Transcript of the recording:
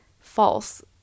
false